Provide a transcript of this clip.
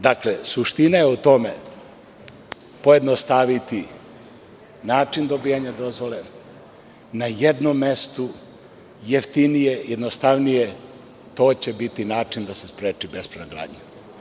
Dakle, suština je u tome pojednostaviti način dobijanja dozvole, na jednom mestu, jeftinije, jednostavnije, to će biti način da se spreči bespravna gradnja.